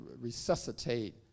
resuscitate